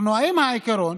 אנחנו עם העיקרון